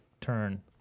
turn